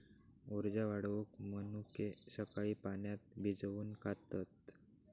उर्जा वाढवूक मनुके सकाळी पाण्यात भिजवून खातत